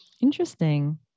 Interesting